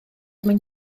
mwyn